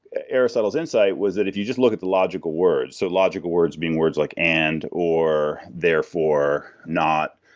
aristotle's insight was that if you just look at the logical words, so logical words being words like and, or, therefore, not.